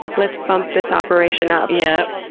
let's bump this operation up. yep.